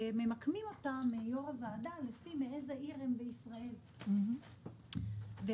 שממקמים אותם לפי איזה עיר הם בישראל ומה